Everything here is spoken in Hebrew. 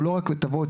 לא רק תבוא,